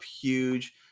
huge